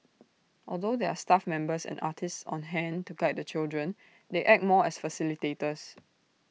although there are staff members and artists on hand to guide the children they act more as facilitators